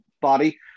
body